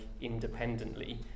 independently